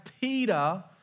Peter